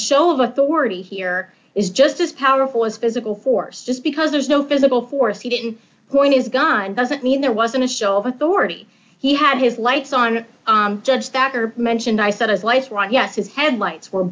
show of authority here is just as powerful as physical force just because there's no physical force he didn't point is gone doesn't mean there wasn't a show of authority he had his lights on judge that are mentioned i said his life right yes his head lights were